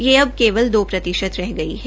यह अब केवल दो प्रतिशत रह गई है